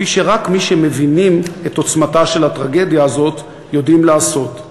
כפי שרק מי שמבינים את עוצמתה של הטרגדיה הזאת יודעים לעשות,